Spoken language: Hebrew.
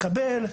לקבל,